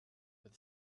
with